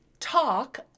talk